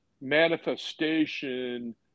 manifestation